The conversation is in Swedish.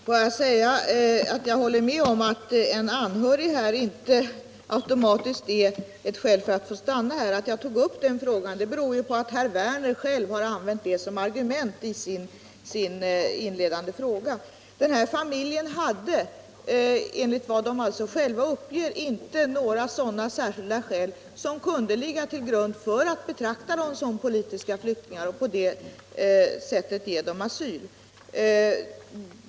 Herr talman! Jag håller med om att ha en anhörig här i landet inte automatiskt är ett skäl för att få stanna. Att jag tog upp den frågan beror på att herr Werner själv har använt den som argument 1 sin inledande fråga. Medlemmarna i den här familjen hade, enligt vad de själva uppger, inte några särskilda skäl som kunde ligga till grund för att man skulle kunna betrakta dem som politiska flyktingar och på det sättet ge dem asyl.